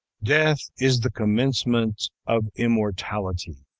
death is the commencement of immortality!